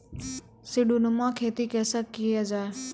सीडीनुमा खेती कैसे किया जाय?